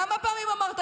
אף אחד, כמה פעמים אמרת?